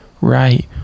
right